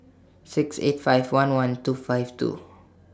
six eight five one one two five two